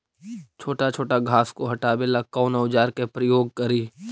छोटा छोटा घास को हटाबे ला कौन औजार के प्रयोग करि?